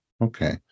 Okay